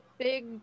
big